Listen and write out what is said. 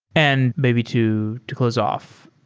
and maybe to to close off,